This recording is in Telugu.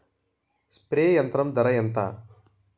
స్ప్రే యంత్రం ధర ఏంతా?